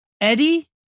Eddie